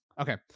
Okay